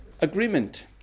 agreement